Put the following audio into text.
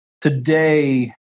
today